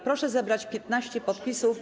Proszę zebrać 15 podpisów.